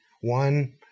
one